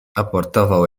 aportował